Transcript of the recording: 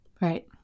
Right